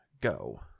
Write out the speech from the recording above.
go